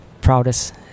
proudest